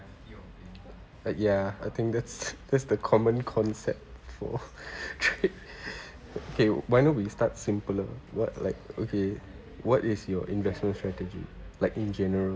uh ya I think that's that's the common concept for okay why don't we start simpler what like okay what is your investment strategy like in general